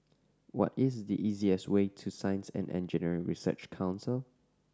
what is the easiest way to Science and Engineering Research Council